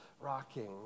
rocking